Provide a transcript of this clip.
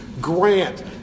Grant